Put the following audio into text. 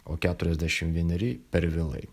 o keturiasdešim vieneri per vėlai